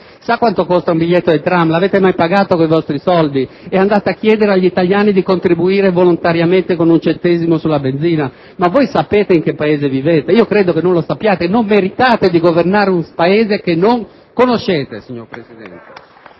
Sa quanto costa un biglietto del tram? Lo avete mai pagato con i vostri soldi? E andate a chiedere agli italiani di contribuire volontariamente con un centesimo sulla benzina? Ma voi sapete in che Paese vivete? Io credo che non lo sappiate, non meritate di governare un Paese che non conoscete, signor Presidente.